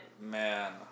Man